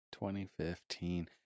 2015